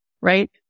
right